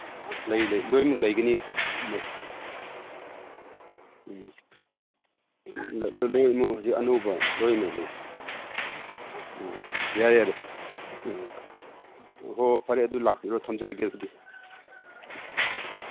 ꯂꯩ ꯂꯩ ꯂꯣꯏꯃꯛ ꯂꯩꯒꯅꯤ ꯎꯝ ꯍꯧꯖꯤꯛ ꯑꯅꯧꯕ ꯂꯣꯏꯃꯛ ꯂꯩ ꯎꯝ ꯌꯥꯔꯦ ꯌꯥꯔꯦ ꯎꯝ ꯍꯣ ꯐꯔꯦ ꯑꯗꯨ ꯂꯥꯛꯄꯤꯔꯣ ꯊꯝꯖꯔꯒꯦ ꯑꯗꯨꯗꯤ ꯑ